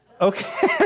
Okay